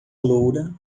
loura